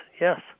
yes